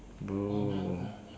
bro